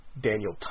Daniel